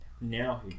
now